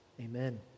Amen